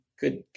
good